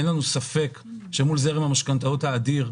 אין לנו ספק שמול זרם המשכנתאות האדיר,